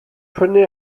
prynu